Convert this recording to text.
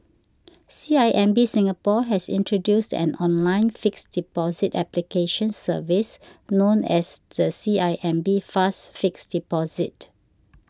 C I M B Singapore has introduced an online fixed deposit application service known as the C I M B Fast Fixed Deposit